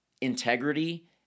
integrity